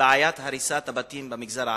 הריסת בתים במגזר הערבי.